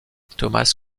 thomas